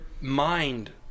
mind